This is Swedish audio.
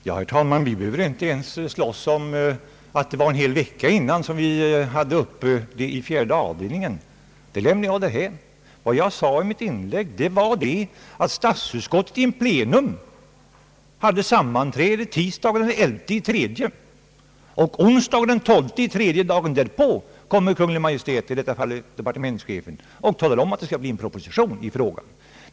Herr talman! Vi behöver inte tvista om huruvida det var en hel vecka innan som vi hade detta ärende uppe till behandling i fjärde avdelningen — det lämnar jag därhän. Vad jag sade i mitt inlägg var att statsutskottet in pleno hade sammanträde tisdagen den 11 mars och att departementschefen torsdagen den 13 mars talade om att det skulle bli en proposition i frågan.